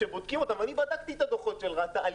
כשבודקים אותם ואני בדקתי את הדוחות של רת"ע על